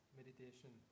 meditation